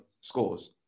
scores